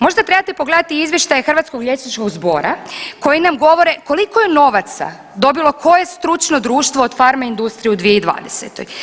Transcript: Možda treba pogledati izvještaj Hrvatskog liječničkog zbora koji nam govore koliko je novaca dobilo koje stručno društvo od farma-industrije u 2020.